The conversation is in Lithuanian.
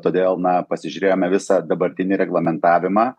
todėl na pasižiūrėjome visą dabartinį reglamentavimą